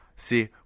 See